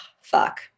fuck